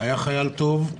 הוא היה חייל טוב.